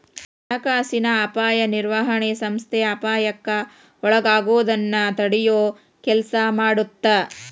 ಹಣಕಾಸಿನ ಅಪಾಯ ನಿರ್ವಹಣೆ ಸಂಸ್ಥೆ ಅಪಾಯಕ್ಕ ಒಳಗಾಗೋದನ್ನ ತಡಿಯೊ ಕೆಲ್ಸ ಮಾಡತ್ತ